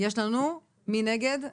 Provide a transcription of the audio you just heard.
מי נגד?